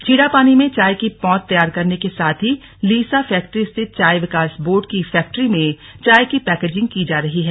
छीड़ापानी में चाय की पौध तैयार करने के साथ ही लीसा फैक्ट्री स्थित चाय विकास बोर्ड की फैक्ट्री में चाय की पैकेजिंग की जा रही है